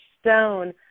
stone